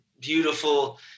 beautiful